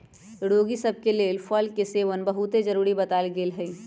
रोगि सभ के लेल फल के सेवन बहुते जरुरी बतायल गेल हइ